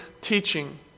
teaching